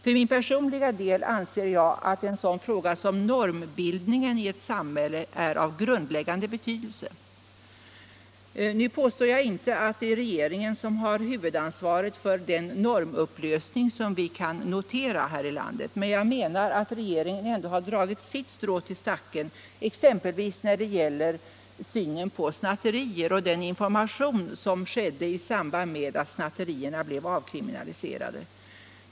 För min personliga del anser jag att en sådan fråga som normbildningen i ett samhälle är av grundläggande betydelse. Jag påstår inte att det är regeringen som har huvudansvaret för den normupplösning som vi kan notera här i landet, men jag menar att regeringen dragit sitt strå till stacken, exempelvis när det gäller synen på snatterier och den information som gavs i samband med att snatterierna avkriminaliserades.